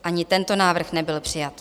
Ani tento návrh nebyl přijat.